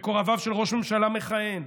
מקורביו של ראש ממשלה מכהן,